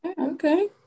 okay